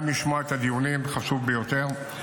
גם לשמוע את הדיונים, חשוב ביותר.